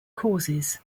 causes